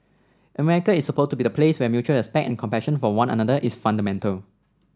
America is supposed to be the place where mutual respect and compassion for one another is fundamental